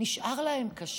נשאר להם קשה,